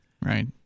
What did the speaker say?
right